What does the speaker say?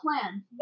plan